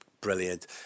brilliant